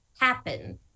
happen